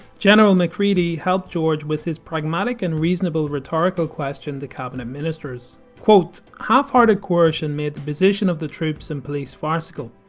general macready helped george with his pragmatic and reasonable rhetorical question to cabinet ministers quote half-hearted coercion made the position of the troops and police farcical.